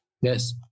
Yes